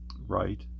right